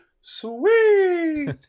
sweet